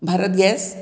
Bharat gas